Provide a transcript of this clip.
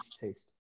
taste